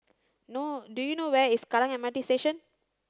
no do you know where is Kallang M R T Station